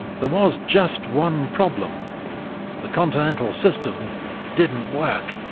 there was just one problem the continental system didn't work.